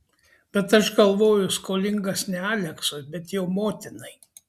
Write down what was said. bet aš galvoju skolingas ne aleksiui bet jo motinai